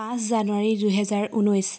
পাঁচ জানুৱাৰী দুহেজাৰ ঊনৈছ